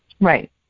Right